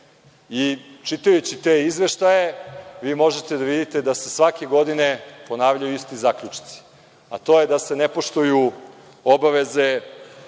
emitera. Čitajući te izveštaje vi možete da vidite da se svake godine ponavljaju isti zaključci. To je da se nepoštuju obaveze